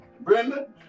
Brenda